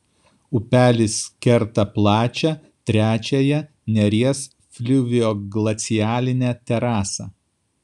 upelis kerta plačią trečiąją neries fliuvioglacialinę terasą